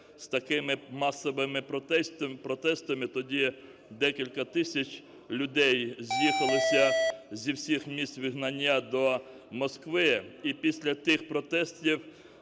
з такими масовими протестами, тоді декілька тисяч людей з'їхалися зі всіх місць вигнання до Москви, і після тих протестів